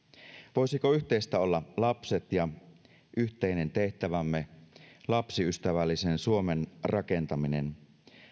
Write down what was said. voisiko yhteistä olla lapset ja yhteinen tehtävämme lapsiystävällisen suomen rakentaminen